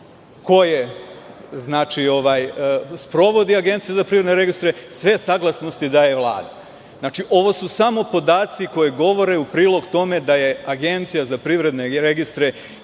koje sprovodi Agencija za privredne registre, sve saglasnosti daje Vladi. Ovo su samo podaci koji govore u prilog tome da je Agencija za privredne registre